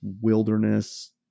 wilderness